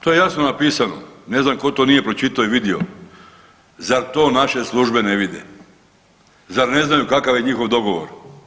To je jasno napisano, ne znam ko to nije pročitao i vidio, zar to naše službe ne vide, zar ne znaju kakav je njihov dogovor.